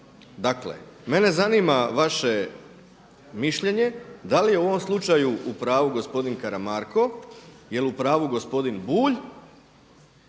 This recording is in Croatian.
Dakle mene zanima vaše mišljenje da li je u ovom slučaju u pravu gospodin Karamarko jel u pravu gospodin Bulj,